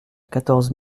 quatorze